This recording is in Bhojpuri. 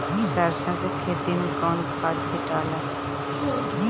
सरसो के खेती मे कौन खाद छिटाला?